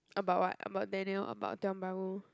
about what about Daniel about Tiong-Bahru